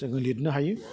जोङो लिरनो हायो